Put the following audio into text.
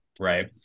Right